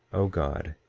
o god,